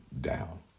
down